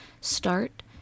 start